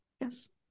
Yes